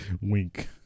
wink